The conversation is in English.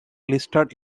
listed